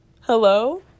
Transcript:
Hello